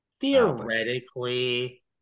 Theoretically